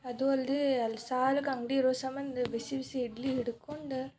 ಅದೂ ಅಲ್ಲದೆ ಅಲ್ಲಿ ಸಾಲಿಗ್ ಅಂಗಡಿ ಇರೋ ಸಂಬಂಧ ಬಿಸಿ ಬಿಸಿ ಇಡ್ಲಿ ಹಿಡ್ಕೊಂಡು